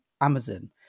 Amazon